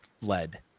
fled